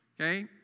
Okay